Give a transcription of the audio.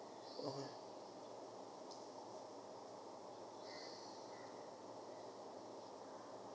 okay